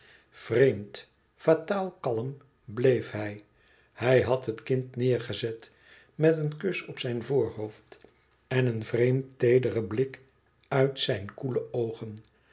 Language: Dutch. vreemd fataal kalm bleef hij hij had het kind neêrgezet met een kus op zijn voorhoofd en een vreemd teederen blik uit zijn koele oogen